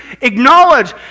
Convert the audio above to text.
acknowledge